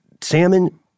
salmon